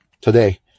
today